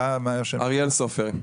ואריאל סופר.